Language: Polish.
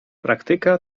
praktyka